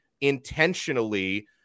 intentionally